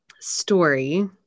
story